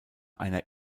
einer